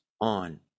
on